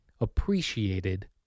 appreciated